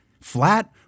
flat